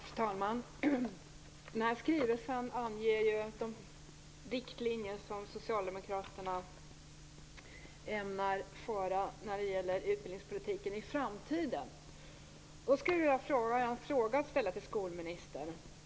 Fru talman! Den här skrivelsen anger ju de riktlinjer som socialdemokraterna ämnar följa när det gäller utbildningspolitiken. Jag skulle vilja ställa en fråga till skolministern.